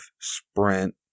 Sprint